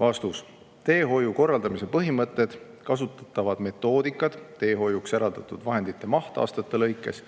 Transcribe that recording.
jaoks?" Teehoiu korraldamise põhimõtted, kasutatavad metoodikad, teehoiuks eraldatud vahendite maht aastate lõikes